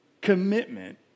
commitment